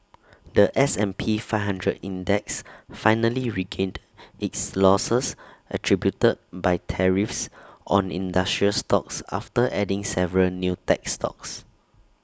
The S and P five hundred index finally regained its losses attributed by tariffs on industrial stocks after adding several new tech stocks